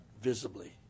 visibly